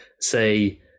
say